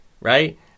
right